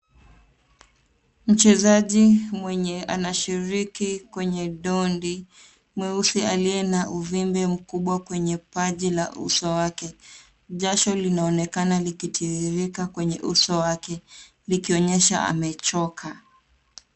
Mchezaji mwenye anashiriki kwenye dondi mweusi aliye na uvimbe mkubwa kwenye paji la uso wake. Jasho linaonekana likitiririka kwenye uso wake likionyesha amechoka.